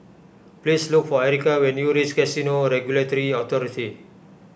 please look for Erika when you reach Casino Regulatory Authority